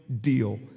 deal